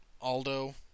Aldo